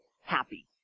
happy